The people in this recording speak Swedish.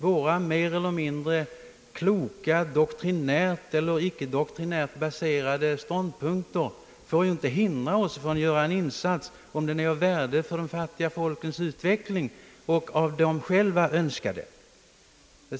Våra mer eller mindre doktrinärt eller icke doktrinärt baserade ståndpunkter får inte hindra oss från att göra en insats, om den är av värde för de fattiga folkens utveckling och av dem själva önskad.